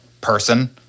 person